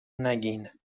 نگین